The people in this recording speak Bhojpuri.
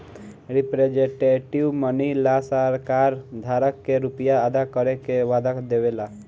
रिप्रेजेंटेटिव मनी ला सरकार धारक के रुपिया अदा करे के वादा देवे ला